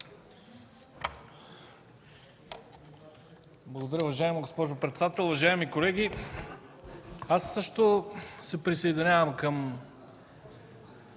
Благодаря. Уважаема госпожо председател, уважаеми колеги! Аз също се присъединявам към